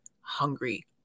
hungry